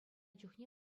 чухне